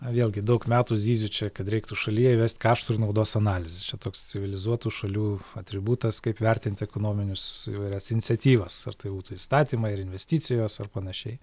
vėlgi daug metų zyziu čia kad reiktų šalyje įvest kaštų ir naudos analizę čia toks civilizuotų šalių atributas kaip vertint ekonominius įvairias iniciatyvas ar tai būtų įstatymai ar investicijos ar panašiai